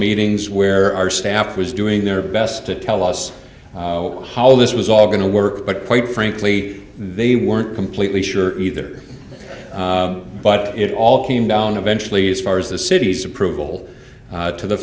meetings where our staff was doing their best to tell us how this was all going to work but quite frankly they weren't completely sure either but it all came down eventually as far as the city's approval to the